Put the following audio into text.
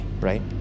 right